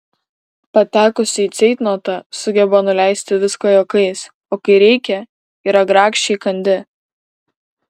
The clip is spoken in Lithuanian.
patekusi į ceitnotą sugeba nuleisti viską juokais o kai reikia yra grakščiai kandi